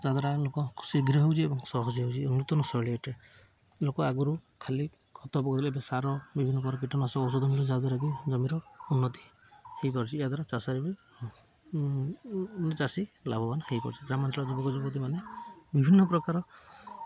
ଯାଦ୍ୱାରା ଲୋକ ଶୀଘ୍ର ହେଉଛି ଏବଂ ସହଜ ହେଉଛି ନୂତନ ଶୈଳୀ ଏଠି ଲୋକ ଆଗରୁ ଖାଲି ଖତ ପକେଇ ଏବେ ସାର ବିଭିନ୍ନ ପ୍ରକାର କୀଟନାଶକ ଔଷଧ ମିଳୁଛି ଯାହାଦ୍ୱାରା କି ଜମିର ଉନ୍ନତି ହେଇପାରୁଛି ଏହା ଦ୍ୱାରା ଚାଷରେ ବି ଚାଷୀ ଲାଭବାନ ହେଇପାରୁଛି ଗ୍ରାମାଞ୍ଚଳର ଯୁବକ ଯୁବତୀ ମାନେ ବିଭିନ୍ନ ପ୍ରକାର